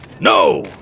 No